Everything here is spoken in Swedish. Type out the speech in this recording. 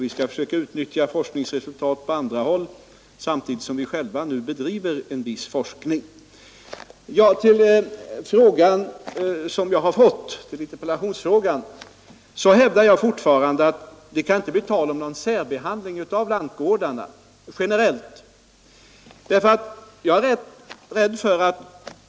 Vi skall fö a utnyttja forskningsresultat som görs på andra håll samtidigt som vi själva bedriver en viss forskning. Som svar på den framställda interpellationen hävdar jag fortfarande att det generellt inte kan bli tal om någon särbehandling av lantgårdarna.